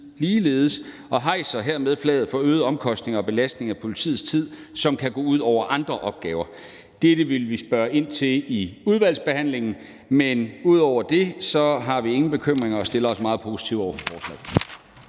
tid, og vi hejser hermed flaget for øgede omkostninger og belastning af politiets tid, hvilket kan gå ud over andre opgaver. Dette vil vi spørge ind til i udvalgsbehandlingen. Men ud over det har vi ingen bekymringer og stiller os meget positive over for forslaget.